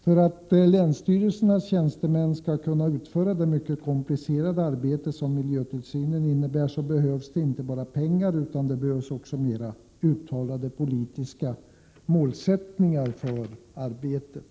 För att länsstyrelsernas tjänstemän skall kunna utföra det mycket komplicerade arbete som miljötillsynen innebär behövs inte bara pengar utan också mera uttalade politiska målsättningar för arbetet.